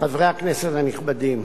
חברי הכנסת הנכבדים,